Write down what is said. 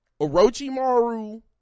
Orochimaru